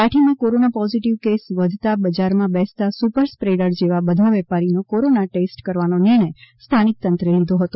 લાઠી માં corona positive case વધતાં બજાર માં બેસતા સુપર સ્પ્રેડર જેવા બધા વેપારીનો કોરોના ટેસ્ટ કરવાનો નિર્ણય સ્થાનિક તંત્ર દ્વારા લેવાયો છે